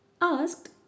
asked